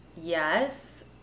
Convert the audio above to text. yes